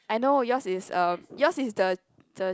I know yours is a yours is the the